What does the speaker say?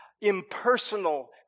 impersonal